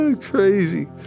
Crazy